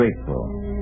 grateful